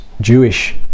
Jewish